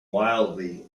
wildly